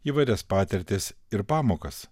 įvairias patirtis ir pamokas